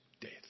death